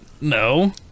No